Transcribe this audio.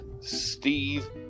Steve